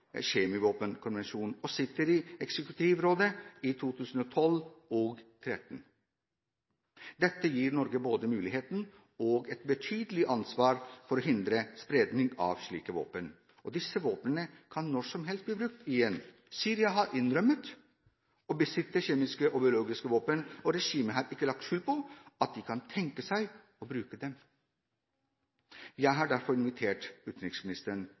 Kjemivåpenkonvensjonen og sitter i eksekutivrådet i 2012 og 2013. Dette gir Norge både en mulighet og et betydelig ansvar for å hindre spredning av slike våpen, og disse våpnene kan når som helst bli brukt igjen. Syria har innrømmet å besitte kjemiske og biologiske våpen, og regimet har ikke lagt skjul på at de kan tenke seg å bruke dem. Jeg har derfor invitert utenriksministeren